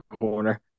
corner